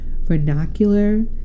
vernacular